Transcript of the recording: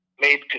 made